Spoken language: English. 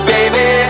Baby